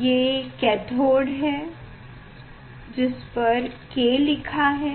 ये कैथोड है जिसपर k लिखा है